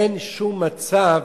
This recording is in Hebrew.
אין שום מצב